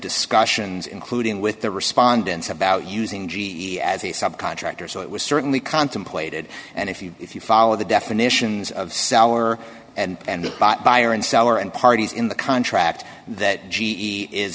discussions including with the respondents about using g e as a subcontractor so it was certainly contemplated and if you if you follow the definitions of sour and the bought buyer and seller and parties in the contract that g e is